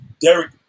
Derek